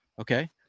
okay